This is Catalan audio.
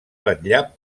vetllar